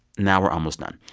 now we're almost done.